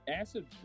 Acid